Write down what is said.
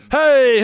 hey